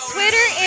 Twitter